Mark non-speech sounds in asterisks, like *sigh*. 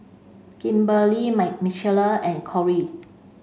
Kimberlie *unintelligible* Michaela and Kory